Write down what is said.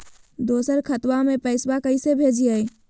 दोसर खतबा में पैसबा कैसे भेजिए?